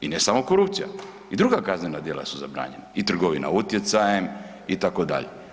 I ne samo korupcija i druga kaznena djela su zabranjena i trgovina utjecajem itd.